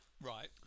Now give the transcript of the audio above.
Right